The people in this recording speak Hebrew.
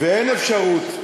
ואין אפשרות.